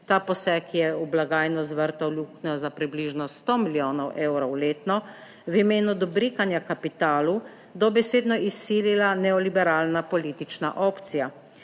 ta poseg je v blagajno zvrtal luknjo za približno 100 milijonov evrov letno, v imenu dobrikanja kapitalu, dobesedno izsilila neoliberalna politična opcija.